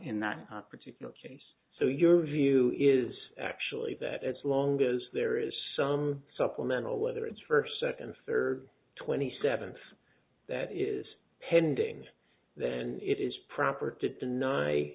in that particular case so your view is actually that as long as there is some supplemental whether it's first second third or twenty seventh that is pending then it is proper to deny